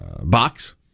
box